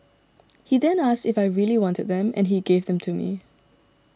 he then asked if I really wanted them and he gave them to me